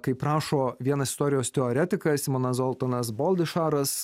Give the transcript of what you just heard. kaip rašo vienas istorijos teoretikas simonas zoltonas boldišaras